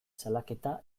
salaketa